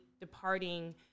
departing